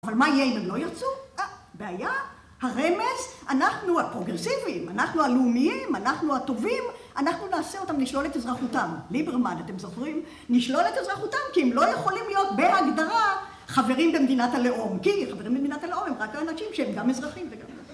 אבל מה יהיה אם הם לא ירצו? הבעיה, הרמז, אנחנו הפרוגרסיביים, אנחנו הלאומיים, אנחנו הטובים, אנחנו נעשה אותם, נשלול את אזרחותם. ליברמן, אתם זוכרים? נשלול את אזרחותם, כי הם לא יכולים להיות בהגדרה חברים במדינת הלאום. כי חברים במדינת הלאום הם רק האנשים שהם גם אזרחים.